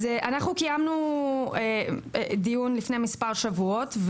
אז אנחנו קיימנו דיון לפני מספר שבועות,